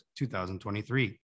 2023